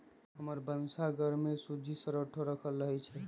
हमर भन्सा घर में सूज्ज़ी हरसठ्ठो राखल रहइ छै